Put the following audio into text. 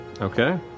Okay